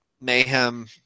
Mayhem